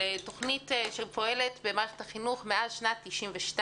תוכנית שפועלת במערכת החינוך מאז שנת 1992,